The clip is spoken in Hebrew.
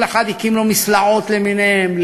כל אחד הקים לו מסלעות למיניהן,